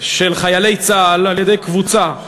של חיילי צה"ל על-ידי קבוצה,